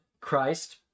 Christ